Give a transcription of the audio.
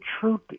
truth